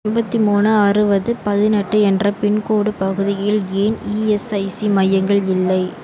எண்பத்தி மூணு அறுபது பதினெட்டு என்ற பின்கோடு பகுதியில் ஏன் இஎஸ்ஐசி மையங்கள் இல்லை